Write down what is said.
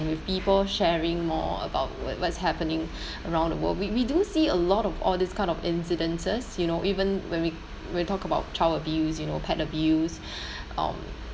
with people sharing more about what what's happening around the world we we do see a lot of all these kind of incidences you know even when we we talk about child abuse you know pet abuse um